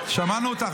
שמענו אותך.